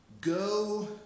go